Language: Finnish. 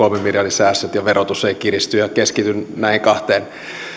säästöt ja se että verotus ei kiristy ja keskityn näihin kahteen